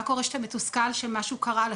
מה קורה כשאתה מתוסכל, כשמשהו קרה לך.